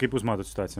kaip jūs matot situaciją